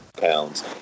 pounds